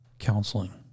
counseling